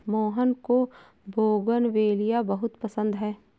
मोहन को बोगनवेलिया बहुत पसंद है